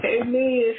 Amen